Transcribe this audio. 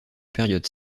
période